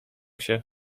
się